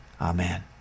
Amen